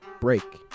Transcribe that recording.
Break